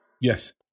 Yes